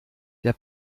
der